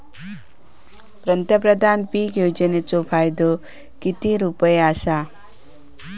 पंतप्रधान पीक योजनेचो फायदो किती रुपये आसा?